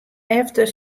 efter